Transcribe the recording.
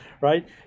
right